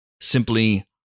simply